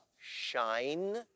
Shine